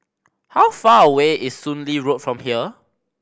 how far away is Soon Lee Road from here